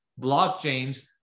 blockchains